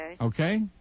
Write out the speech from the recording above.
Okay